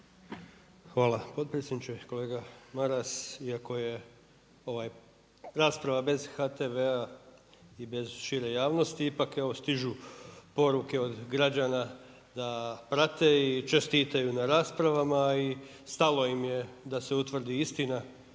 Hvala potpredsjedniče. Kolega Maras, iako je ova rasprava bez HTV-a i bez šire javnosti, ipak evo šire poruke od građana da prate i čestitaju na raspravama i stalo im je da se utvrdi istina,